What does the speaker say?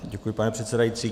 Děkuji, pane předsedající.